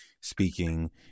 speaking